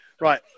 Right